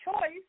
choice